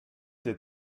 des